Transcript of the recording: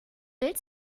bild